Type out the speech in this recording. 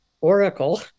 oracle